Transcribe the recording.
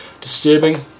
disturbing